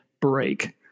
break